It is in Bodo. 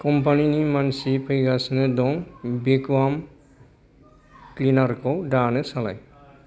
कम्पानिनि मानसि फैगासिनो दं भेकुवाम क्लिनार खौ दानो सालाय